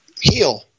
Heal